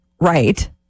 right